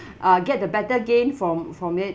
uh get the better gain from from it